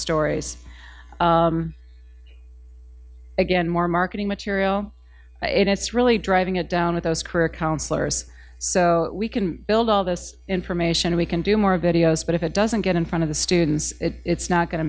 stories again more marketing material it's really driving it down with those career counselors so we can build all this information or we can do more videos but if it doesn't get in front of the students it's not going to